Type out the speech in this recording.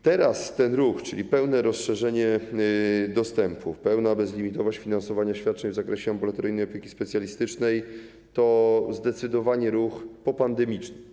Teraz ten ruch, czyli pełne rozszerzenie dostępu, pełna bezlimitowość finansowania świadczeń w zakresie ambulatoryjnej opieki specjalistycznej, to zdecydowanie ruch popandemiczny.